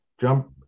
Jump